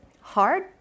hard